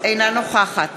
אינה נוכחת